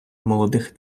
молодих